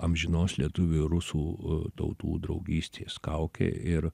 amžinos lietuvių ir rusų tautų draugystės kaukę ir